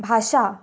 भाशा